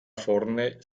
vorne